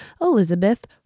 Elizabeth